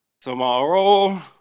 Tomorrow